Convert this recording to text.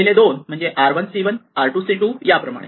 पहिले दोन म्हणजे r 1 c 1 r 2 c 2 याप्रमाणे